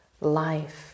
life